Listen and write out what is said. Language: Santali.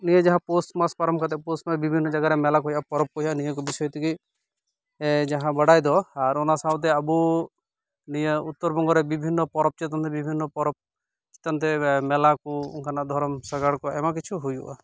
ᱱᱤᱭᱟᱹ ᱡᱟᱦᱟ ᱯᱳᱥ ᱢᱟᱥ ᱯᱟᱨᱚᱢ ᱠᱟᱛᱮ ᱵᱤᱵᱷᱤᱱᱱᱚ ᱡᱟᱭᱜᱟᱨᱮ ᱢᱮᱞᱟ ᱠᱚ ᱦᱩᱭᱩᱜᱼᱟ ᱯᱚᱨᱚᱵᱽ ᱠᱚ ᱦᱩᱭᱩᱜᱼᱟ ᱱᱤᱭᱟᱹ ᱠᱚ ᱵᱤᱥᱚᱭ ᱛᱤᱜᱤ ᱡᱟᱦᱟ ᱵᱟᱲᱟᱭ ᱫᱚ ᱟᱨ ᱚᱱᱟ ᱥᱟᱣᱛᱮ ᱟᱵᱳ ᱱᱤᱭᱟᱹ ᱩᱛᱛᱚᱨᱵᱚᱝᱜᱚᱨᱮ ᱵᱤᱵᱷᱤᱱᱱᱚ ᱯᱚᱨᱚᱵᱽ ᱪᱮᱛᱚᱱ ᱫᱚ ᱵᱤᱵᱷᱤᱱᱱᱚ ᱯᱚᱨᱚᱵᱽ ᱪᱮᱛᱟᱱ ᱛᱮ ᱢᱮᱞᱟ ᱠᱚ ᱫᱷᱚᱨᱚᱢ ᱥᱟᱜᱟᱲᱠᱚ ᱟᱭᱢᱟ ᱠᱤᱪᱷᱩ ᱦᱩᱭᱩᱜᱼᱟ